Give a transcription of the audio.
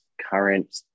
current